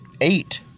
eight